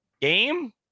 game